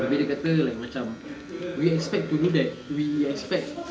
abeh dia kata like macam we expect to do that we expect